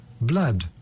blood